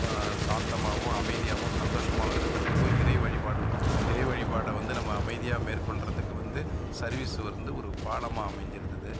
சாந்தமாகவும் அமைதியாகவும் சந்தோஷமாகவும் இருக்கிறதுக்கும் இறை வழிபாடு இறை வழிபாடை வந்து நம்ம அமைதியாக மேற்கொள்கிறதுக்கு வந்து சர்வீஸ் வந்து ஒரு பாலமாக அமைஞ்சிருந்தது